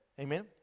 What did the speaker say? Amen